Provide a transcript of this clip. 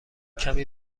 کمی